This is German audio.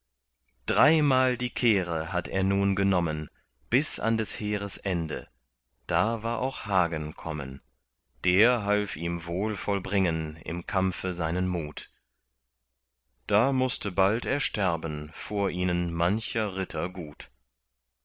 dreimal die kehre hat er nun genommen bis an des heeres ende da war auch hagen kommen der half ihm wohl vollbringen im kampfe seinen mut da mußte bald ersterben vor ihnen mancher ritter gut